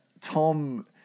Tom